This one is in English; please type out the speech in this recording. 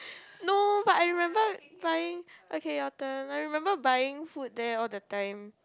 no but I remember buying okay your turn I remember buying food there all the time